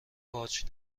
پارچ